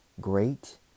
great